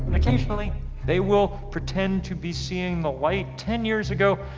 and occasionally they will pretend to be seeing the light. ten years ago,